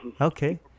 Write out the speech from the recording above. Okay